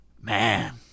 man